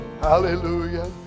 Hallelujah